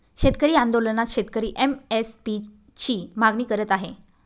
शेतकरी आंदोलनात शेतकरी एम.एस.पी ची मागणी करत आहे